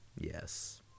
yes